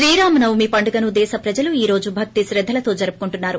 శ్రీరామ నవమి పండుగను దేశ ప్రజలు ఈ రోజు భక్తి శ్రద్దలతో జరుపుకుంటున్నారు